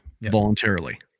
voluntarily